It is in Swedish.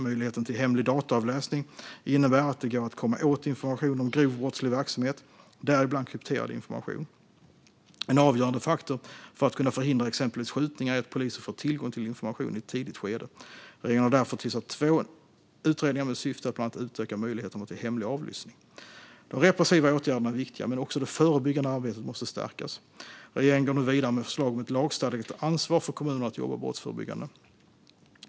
Möjligheten till hemlig dataavläsning innebär att det går att komma åt information om grov brottslig verksamhet, däribland krypterad information. En avgörande faktor för att kunna förhindra exempelvis skjutningar är att polisen får tillgång till information i ett tidigt skede. Regeringen har därför tillsatt två utredningar med syfte att bland annat utöka möjligheterna till hemlig avlyssning. De repressiva åtgärderna är viktiga, men också det förebyggande arbetet måste stärkas. Regeringen går nu vidare med förslag om ett lagstadgat ansvar för kommunerna att jobba brottsförebyggande.